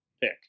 pick